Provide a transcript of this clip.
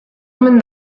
omen